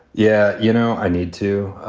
yeah, you know, i need to.